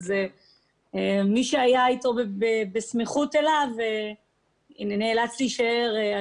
אז מי שהיה בסמיכות אליו נאלץ להיכנס לבידוד.